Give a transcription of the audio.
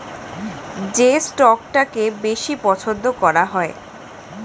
যে স্টকটাকে বেশি পছন্দ করা হয়